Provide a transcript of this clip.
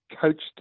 coached